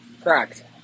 Correct